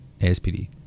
ASPD